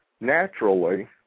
naturally